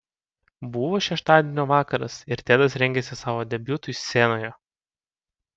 buvo šeštadienio vakaras ir tedas rengėsi savo debiutui scenoje